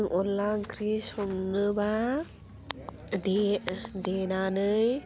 अनला ओंख्रि संनोबा दे देनानै